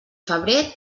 febrer